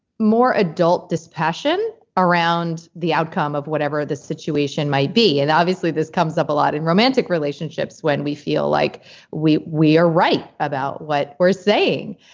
more adult dispassion around the outcome of whatever the situation might be. and obviously this comes up a lot in romantic relationships when we feel like we we are right about what we're saying.